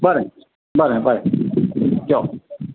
बरें बरें बरें यो